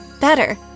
better